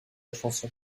chanson